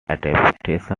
adaptations